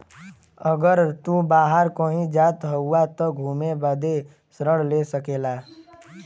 अगर तू बाहर कही जात हउआ त घुमे बदे ऋण ले सकेला